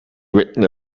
written